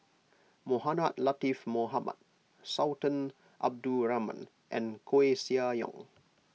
Mohamed Latiff Mohamed Sultan Abdul Rahman and Koeh Sia Yong